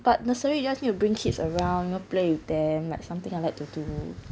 but nursery you just need to bring kids around you play them like something I like to do